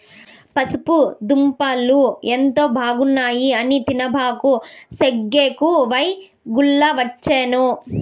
పసుపు దుంపలు ఎంతో బాగున్నాయి అని తినబాకు, సెగెక్కువై గుల్లవచ్చేను